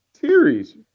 series